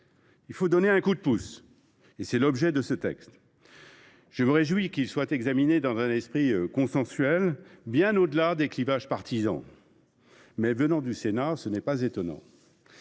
leur donner un coup de pouce. Tel est l’objet de ce texte. Je me réjouis qu’il soit examiné dans un esprit consensuel, bien au delà des clivages partisans : venant du Sénat, cela n’a rien d’étonnant.